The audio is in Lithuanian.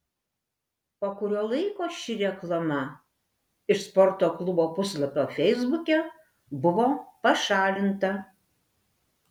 po kurio laiko ši reklama iš sporto klubo puslapio feisbuke buvo pašalinta